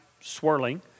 swirling